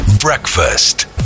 breakfast